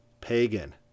pagan